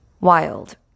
Wild